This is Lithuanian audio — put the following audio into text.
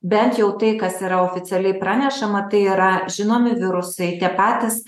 bent jau tai kas yra oficialiai pranešama tai yra žinomi virusai tie patys